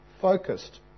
focused